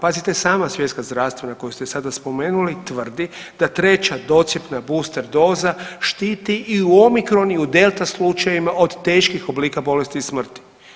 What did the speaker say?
Pazite, sama svjetska zdravstvena koju ste sada spomenuli tvrdi da 3. docjepna booster doza štiti i u omikron i u delta slučajevima od teških oblika bolesti i smrti.